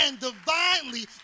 divinely